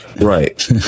right